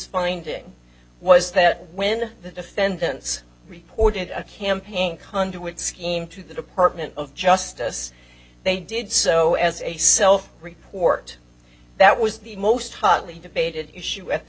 finding was that when the defendants reported campaign conduit scheme to the department of justice they did so as a self report that was the most hotly debated issue at the